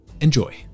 enjoy